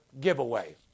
giveaway